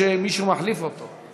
או שמישהו מחליף אותו?